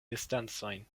distancojn